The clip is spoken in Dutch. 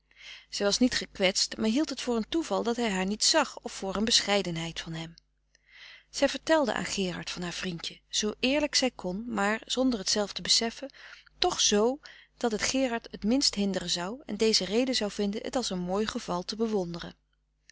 zij was niet gekwetst maar hield het voor een toeval dat hij haar niet zag of voor een bescheidenheid van hem zij vertelde aan gerard van haar vriendje zoo eerlijk zij kon maar zonder t zelf te beseffen toch z dat het gerard t minst hinderen zou en deze reden zou vinden het als een mooi geval te bewonderen